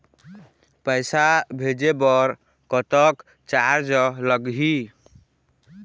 पैसा भेजे बर कतक चार्ज लगही?